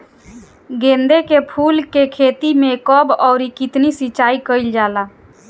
गेदे के फूल के खेती मे कब अउर कितनी सिचाई कइल जाला?